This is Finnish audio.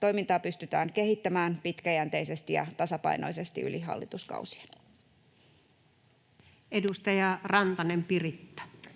toimintaa pystytään kehittämään pitkäjänteisesti ja tasapainoisesti yli hallituskausien. [Speech 103] Speaker: